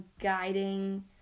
guiding